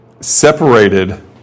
separated